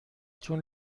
تون